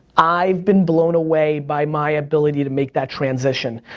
i've been blown away by my ability to make that transition.